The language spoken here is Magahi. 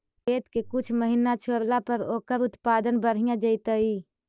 खेत के कुछ महिना छोड़ला पर ओकर उत्पादन बढ़िया जैतइ?